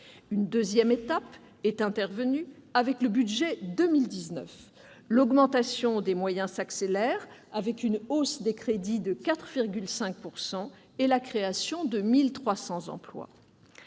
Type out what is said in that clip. Une deuxième étape est intervenue avec le budget pour 2019 : l'augmentation de nos moyens s'accélère, avec une hausse des crédits de 4,5 % et la création de 1 300 emplois.